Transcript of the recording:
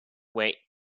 where